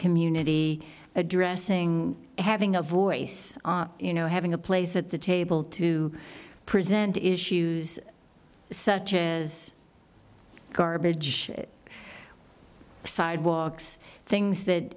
community addressing having a voice on you know having a place at the table to present issues such as garbage sidewalks things that